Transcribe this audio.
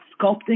sculpting